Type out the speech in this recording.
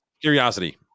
Curiosity